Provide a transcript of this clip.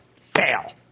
fail